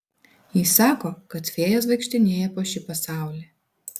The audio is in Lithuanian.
jis sako kad fėjos vaikštinėja po šį pasaulį